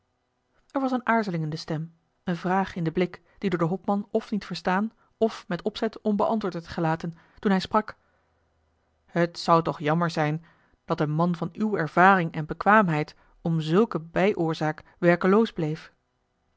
er was eene aarzeling in de stem een vraag in den blik die door den hopman f niet verstaan f met opzet onbeantwoord werd gelaten toen hij sprak het zou toch jammer zijn dat een man van uwe ervaring en bekwaamheid om zulke bij oorzaak werkeloos bleef